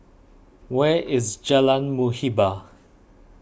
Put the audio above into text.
where is Jalan Muhibbah